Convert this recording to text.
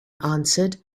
answered